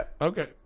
Okay